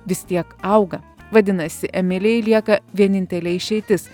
vis tiek auga vadinasi emilijai lieka vienintelė išeitis